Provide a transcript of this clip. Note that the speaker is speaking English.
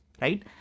right